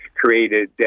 created